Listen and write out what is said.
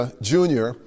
Jr